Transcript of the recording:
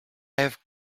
have